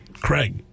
Craig